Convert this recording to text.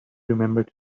remembered